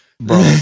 bro